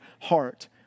heart